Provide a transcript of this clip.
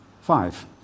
five